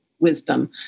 wisdom